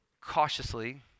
cautiously